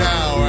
Now